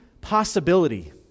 possibility